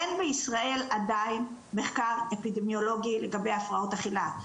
אין בישראל עדיין מחקר אפידמיולוגי לגבי הפרעות אכילה,